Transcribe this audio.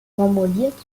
formuliert